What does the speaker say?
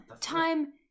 Time